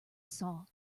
saw